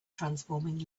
transforming